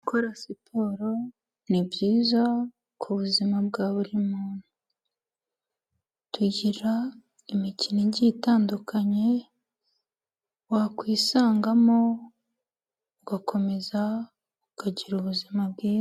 Gukora siporo ni byiza ku buzima bwa buri muntu, tugira imikino igiye itandukanye wakwisangamo ugakomeza ukagira ubuzima bwiza.